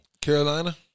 Carolina